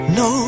no